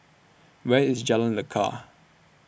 Where IS Jalan Lekar